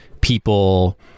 people